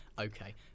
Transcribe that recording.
Okay